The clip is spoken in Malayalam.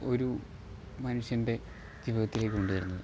ഒരു മനുഷ്യന്റെ ജീവിതത്തിലേക്ക് കൊണ്ടുവരുന്നത്